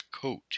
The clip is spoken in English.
coat